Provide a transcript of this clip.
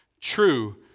true